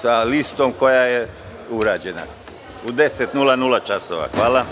sa listom koja je urađena. Hvala.